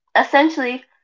Essentially